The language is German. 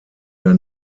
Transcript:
der